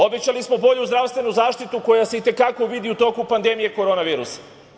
Obećali smo bolju zdravstvenu zaštitu koja se i te kako vidi u toku pandemije korona virusa.